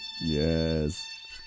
Yes